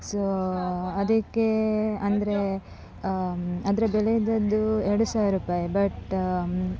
so ಅದಕ್ಕೆ ಅಂದರೆ ಅದರ ಬೆಲೆ ಇದ್ದದ್ದು ಎರಡು ಸಾವಿರ ರೂಪಾಯಿ ಬಟ್